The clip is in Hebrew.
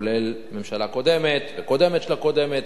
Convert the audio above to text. כולל הממשלה הקודמת והקודמת של הקודמת.